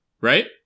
Right